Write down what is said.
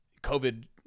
COVID